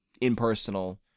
impersonal